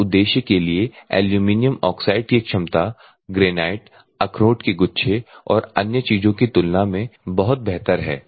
इस उद्देश्य के लिए एल्यूमिना ऑक्साइड की क्षमता ग्रेनाइट अखरोट के गुच्छे और अन्य चीजों की तुलना में बहुत बेहतर है